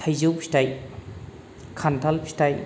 थायजौ फिथाइ खान्थाल फिथाइ